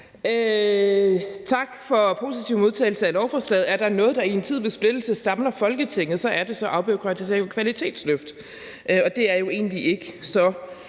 Tak for den positive modtagelse af lovforslaget. Er der noget, der i en tid med splittelse samler Folketinget, så er det afbureaukratisering og kvalitetsløft, og det er jo egentlig ikke så